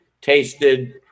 tasted